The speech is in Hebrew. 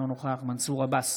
אינו נוכח מנסור עבאס,